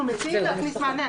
אנחנו מציעים להכניס מענה.